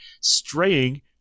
straying